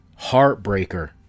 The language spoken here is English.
Heartbreaker